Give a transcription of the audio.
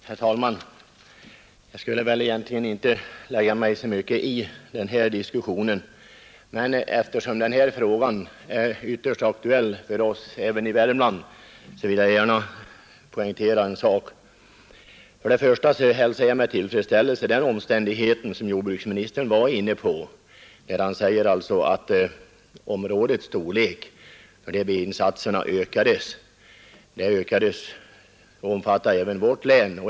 Herr talman! Jag skulle egentligen inte lägga mig så mycket i den här diskussionen, men eftersom frågan är ytterst aktuell även för oss i Värmland vill jag gärna poängtera en sak. Jag hälsar med tillfredsställelse den omständigheten som jordbruksministern nämnde, nämligen att områdets storlek för dessa insatser ökades och omfattar även vårt län.